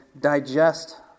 digest